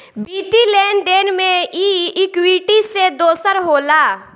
वित्तीय लेन देन मे ई इक्वीटी से दोसर होला